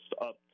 up